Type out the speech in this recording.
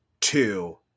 two